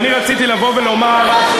ואני רציתי לבוא ולומר,